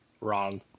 Wrong